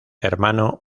hermano